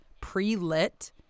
pre-lit